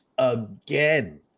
Again